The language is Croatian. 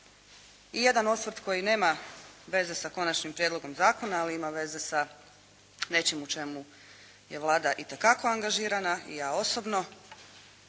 I jedan osvrt koji nema veze sa Konačnim prijedlogom zakona ali ima veze sa nečim u čemu je Vlada itekako angažirana i ja osobno.